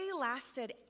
lasted